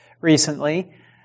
recently